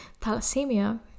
thalassemia